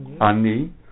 Ani